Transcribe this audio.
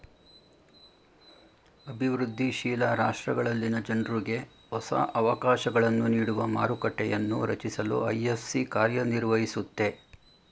ಅಭಿವೃದ್ಧಿ ಶೀಲ ರಾಷ್ಟ್ರಗಳಲ್ಲಿನ ಜನ್ರುಗೆ ಹೊಸ ಅವಕಾಶಗಳನ್ನು ನೀಡುವ ಮಾರುಕಟ್ಟೆಯನ್ನೂ ರಚಿಸಲು ಐ.ಎಫ್.ಸಿ ಕಾರ್ಯನಿರ್ವಹಿಸುತ್ತೆ